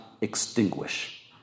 extinguish